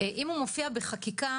אם הוא מופיע בחקיקה,